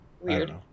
weird